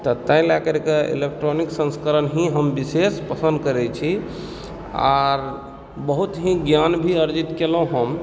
तऽ तैं लेकरके इलेक्ट्रॉनिक संस्करण ही हम विशेष पसन्द करैत छी आओर बहुत ही ज्ञान भी अर्जित केलहुँ हम